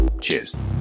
cheers